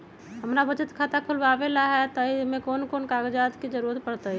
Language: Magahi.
हमरा बचत खाता खुलावेला है त ए में कौन कौन कागजात के जरूरी परतई?